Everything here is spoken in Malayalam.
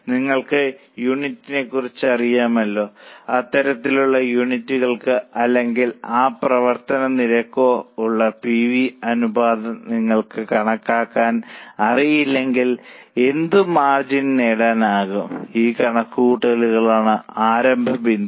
നിങ്ങൾക്ക് യൂണിറ്റിനെ കുറിച്ച് അറിയാമല്ലോ അത്തരത്തിലുള്ള യൂണിറ്റുകൾക്ക് അല്ലെങ്കിൽ ആ പ്രവർത്തന നിരയ്ക്കോ ഉള്ള പി വി അനുപാതം നിങ്ങൾക്ക് കണക്കാക്കാൻ അറിയില്ലെങ്കിൽ എന്തു മാർജിൻ നേടാനാകും ഈ കണക്കുകൂട്ടലാണ് ആരംഭ ബിന്ദു